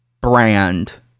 brand